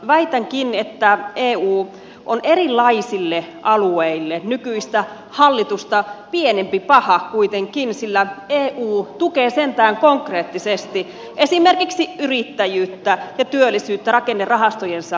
väitänkin että eu on erilaisille alueille nykyistä hallitusta pienempi paha kuitenkin sillä eu tukee sentään konkreettisesti esimerkiksi yrittäjyyttä ja työllisyyttä rakennerahastojensa avulla